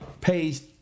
pays